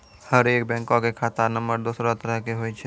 हरेक बैंको के खाता नम्बर दोसरो तरह के होय छै